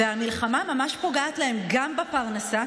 והמלחמה ממש פוגעת להן גם בפרנסה,